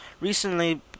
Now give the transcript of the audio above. Recently